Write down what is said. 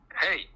hey